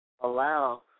allow